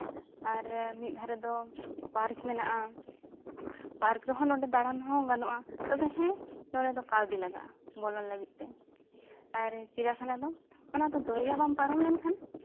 ᱟᱨ ᱢᱤᱫ ᱫᱷᱟᱨᱮ ᱫᱚ ᱯᱟᱨᱠ ᱢᱮᱱᱟᱜᱼᱟ ᱯᱟᱨᱠ ᱨᱮᱦᱚᱸ ᱱᱚᱰᱮ ᱫᱟᱬᱟᱱ ᱦᱚᱸ ᱜᱟᱱᱚᱜᱼᱟ ᱛᱚᱵᱮ ᱦᱮᱸ ᱱᱚᱰᱮ ᱫᱚ ᱠᱟᱹᱣᱰᱤ ᱞᱟᱜᱟᱜᱼᱟ ᱵᱚᱞᱚᱱ ᱞᱟᱹᱜᱤᱫ ᱛᱮ ᱟᱨ ᱪᱤᱲᱭᱟᱠᱷᱟᱱᱟ ᱫᱚ ᱚᱱᱟ ᱫᱚ ᱫᱚᱨᱭᱟ ᱛᱟᱞᱟᱢ ᱯᱟᱨᱚᱢ ᱞᱮᱱᱠᱷᱟᱱ